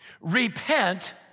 Repent